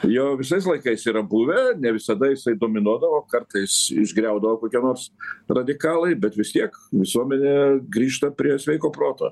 jo visais laikais yra buvę ne visada jisai dominuodavo kartais išgriaudavo kokie nors radikalai bet vis tiek visuomenė grįžta prie sveiko proto